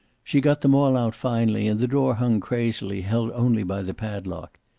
she got them all out finally, and the door hung crazily, held only by the padlock.